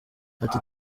ati